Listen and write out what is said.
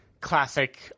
classic